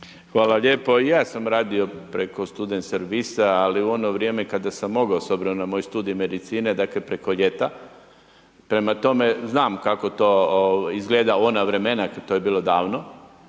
Hvala lijepo. I ja sam radio preko student servisa ali u ono vrijeme kada sam mogao s obzirom na moj studij medicine, dakle preko ljeta. Prema tome, znam kako to izgleda u ona vremena, to je bilo davno.